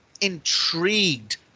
intrigued